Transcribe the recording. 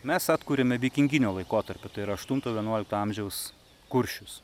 mes atkuriame vikinginio laikotarpio tai yra aštunto vienuolikto amžiaus kuršius